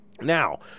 Now